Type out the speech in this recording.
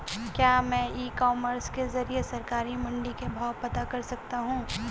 क्या मैं e commerce के ज़रिए सरकारी मंडी के भाव पता कर सकता हूँ?